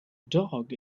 dog